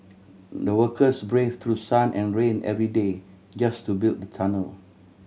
the workers braved through sun and rain every day just to build the tunnel